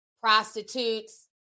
prostitutes